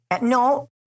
No